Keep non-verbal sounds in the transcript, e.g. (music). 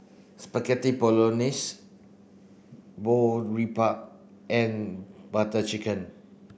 (noise) Spaghetti Bolognese Boribap and Butter Chicken